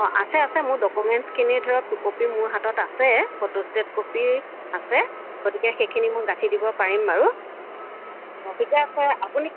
অঁ আছে আছে মোৰ ডকুমেণ্টখিনিৰ ধৰক টু কপি মোৰ হাতত আছে ফোট'ষ্টেট কপি আছে গতিকে সেইখিনি মই গাঁথি দিব পাৰিম বাৰু ঠিকে আছে আপুনি